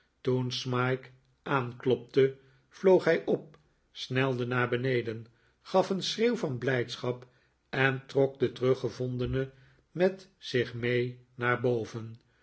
toen smike aanklopte vloog hij op snelde naar beneden gaf een schreeuw van blijdschap en trok den teruggevondene met zich mee naar boven